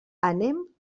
anem